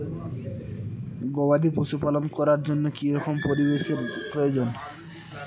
গবাদী পশু প্রতিপালন করার জন্য কি রকম পরিবেশের প্রয়োজন?